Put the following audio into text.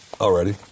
Already